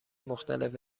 مختلف